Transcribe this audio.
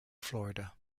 florida